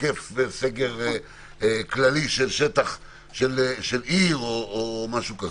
עוקף סגר כללי של שטח של עיר או משהו כזה.